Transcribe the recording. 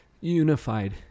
Unified